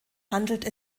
handelt